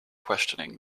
questioning